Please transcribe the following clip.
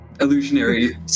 illusionary